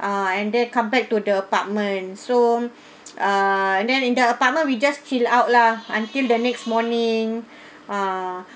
ah and then come back to the apartment so ah and then in the apartment we just chill out lah until the next morning ah